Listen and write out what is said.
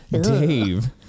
Dave